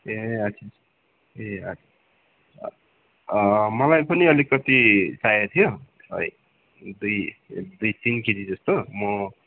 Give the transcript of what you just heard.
ए अच्छा ए अच्छा मलाई पनि अलिकति चाहिएको थियो है दुई दुई तिन केजी जस्तो म